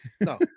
No